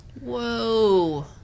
Whoa